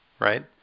Right